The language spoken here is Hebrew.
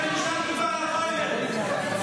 הוא מנסה להדליק את ישיבה, אתה מבין?